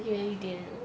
I think 有一点